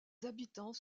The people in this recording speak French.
habitants